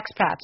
expats